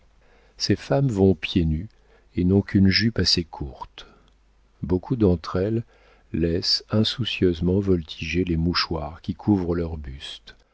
ces femmes vont pieds nus et n'ont qu'une jupe assez courte beaucoup d'entre elles laissent insoucieusement voltiger les mouchoirs qui couvrent leurs bustes